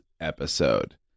episode